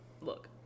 look